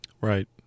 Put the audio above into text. Right